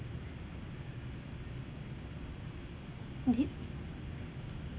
did